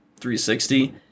360